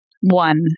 one